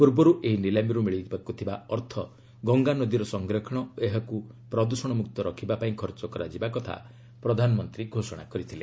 ପୂର୍ବରୁ ଏହି ନିଲାମିରୁ ମିଳିବାକୁ ଥିବା ଅର୍ଥ ଗଙ୍ଗାନଦୀର ସଂରକ୍ଷଣ ଓ ଏହାକ୍ ପ୍ରଦ୍ଷଣ ମ୍ରକ୍ତ ରଖିବା ପାଇଁ ଖର୍ଚ୍ଚ କରାଯିବା କଥା ପ୍ରଧାନମନ୍ତ୍ରୀ ଘୋଷଣା କରିଥିଲେ